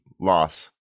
loss